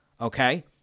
okay